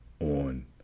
on